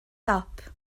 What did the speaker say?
dop